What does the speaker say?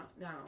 no